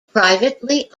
privately